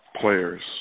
players